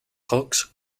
hawks